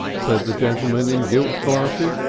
said the gentleman in gilt glasses.